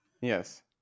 Yes